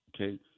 Okay